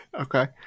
Okay